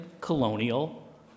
colonial